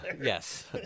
yes